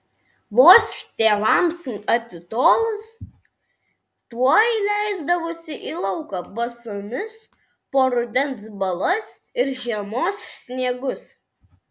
vos tėvams atitolus tuoj leisdavausi į lauką basomis po rudens balas ir žiemos sniegus